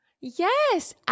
Yes